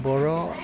बर'